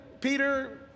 Peter